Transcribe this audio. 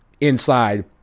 inside